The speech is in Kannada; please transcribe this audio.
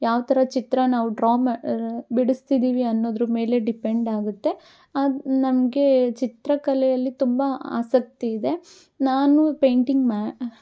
ಯಾವ ಥರ ಚಿತ್ರ ನಾವು ಡ್ರಾ ಮಾಡಿ ಬಿಡಿಸ್ತಿದ್ದೀವಿ ಅನ್ನೋದ್ರ ಮೇಲೆ ಡಿಪೆಂಡ್ ಆಗುತ್ತೆ ಅದು ನಮಗೆ ಚಿತ್ರಕಲೆಯಲ್ಲಿ ತುಂಬ ಆಸಕ್ತಿ ಇದೆ ನಾನು ಪೇಂಟಿಂಗ್ ಮಾ